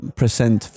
present